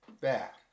back